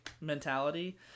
mentality